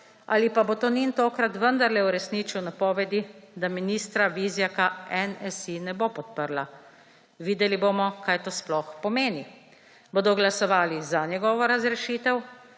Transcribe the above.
ali pa bo Tonin tokrat vendarle uresničil napovedi, da ministra Vizjaka Nsi ne bo podprla. Videli bomo, kaj to sploh pomeni. Bodo glasovali za njegovo razrešitev